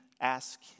ask